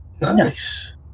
Nice